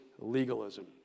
legalism